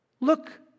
Look